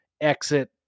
exit